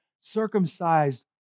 circumcised